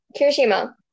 Kirishima